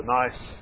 nice